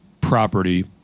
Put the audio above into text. property